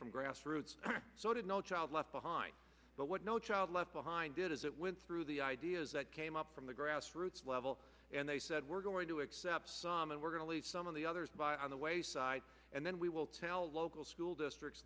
from grassroots so did no child left behind but what no child left behind did as it went through the ideas that came up from the grassroots level and they said we're going to accept some and we're going to leave some of the others by the wayside and then we will tell local school districts